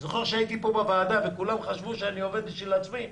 אני זוכר שהייתי פה בוועדה וכולם חשבו שאני עובד בשביל עצמי.